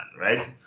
right